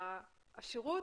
השירות,